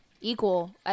equal